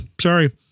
Sorry